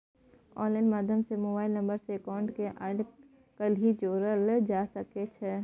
online माध्यम सँ mobile number सँ अकाउंट केँ आइ काल्हि जोरल जा सकै छै